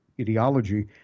ideology